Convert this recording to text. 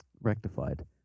rectified